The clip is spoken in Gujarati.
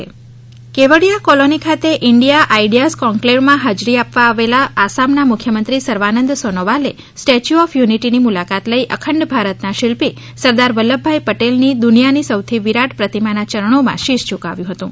મુલાકાત કેવડીયા કોલોની ખાતે ઈન્ડિયા આઇડિયાસ કોંક્લેવ માં હાજરી આપવા પધારેલા આસામનાં મુખ્યમંત્રી સર્વાનંદ સોનોવાલે સ્ટેચ્યુ ઓફ યુનિટીની મુલાકાત લઇ અખંડ ભારતના શિલ્પી સરદાર વલ્લ્ભભાઇ પટેલની દુનિયાની સૌથી વિરાટ પ્રતિમાંનાં ચરણોમાં શિશ ઝુકાવ્યુ હતું